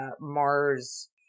Mars